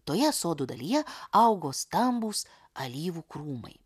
toje sodo dalyje augo stambūs alyvų krūmai